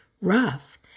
rough